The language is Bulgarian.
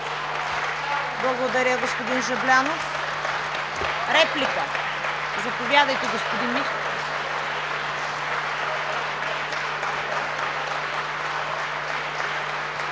Благодаря, господин Жаблянов. (Реплика.) Заповядайте, господин Михов.